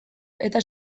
eta